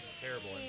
terrible